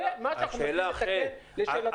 זה מה שאנחנו מציעים לתקן לשאלתו של חבר הכנסת כהנא.